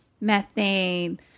methane